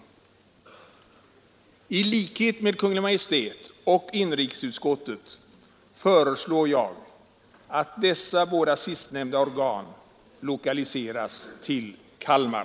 I likhet med Kungl. Maj:t och inrikesutskottet föreslår jag att dessa båda sistnämnda organ lokaliseras till Kalmar.